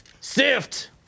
sift